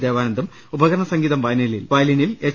ദേവാനന്ദും ഉപകരണസംഗീതം വയലിനിൽ എച്ച്